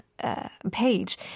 Page